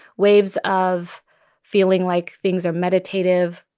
waves of feeling like things are meditative,